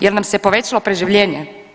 Jel nam se povećalo preživljenje?